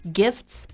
gifts